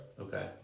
Okay